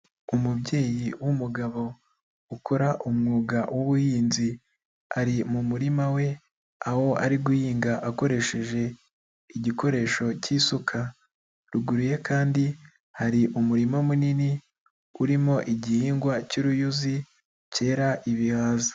Umubyeyi w'umugabo ukora umwuga wubuhinzi ari mu murima we aho ari guhinga akoresheje igikoresho cy'isuka ruguru ye kandi hari umurima munini urimo igihingwa cyuruyuzi cyera ibihaza.